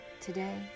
today